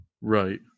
Right